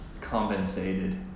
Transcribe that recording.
compensated